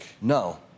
No